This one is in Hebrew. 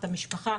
את המשפחה,